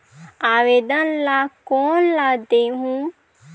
आवेदन ला कोन ला देहुं?